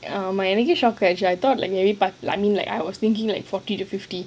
err my எனக்கே shock பத்து:enakke shock patthu I thought பத்து:patthu like I mean like I was thinking like forty to fifty